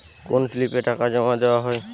কোন স্লিপে টাকা জমাদেওয়া হয়?